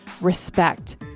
respect